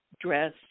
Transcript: dress